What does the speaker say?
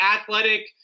athletic